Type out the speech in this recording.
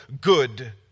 good